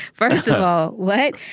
first of all, what?